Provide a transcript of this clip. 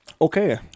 Okay